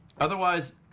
Otherwise